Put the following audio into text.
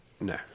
No